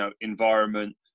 environment